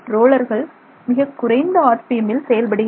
ரோலர்கள் மிகக் குறைந்த ஆர்பிஎம் ல் செயல்படுகின்றன